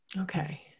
Okay